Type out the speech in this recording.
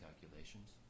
calculations